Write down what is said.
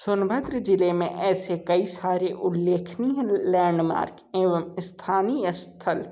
सोनभद्र ज़िले में ऐसे कई सारे उल्लेखनीय लैंडमार्क एवं स्थानीय स्थल